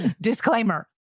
Disclaimer